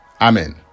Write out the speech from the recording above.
amen